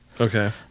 Okay